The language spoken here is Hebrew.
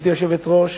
גברתי היושבת-ראש,